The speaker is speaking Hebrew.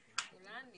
אין לנו חיילות?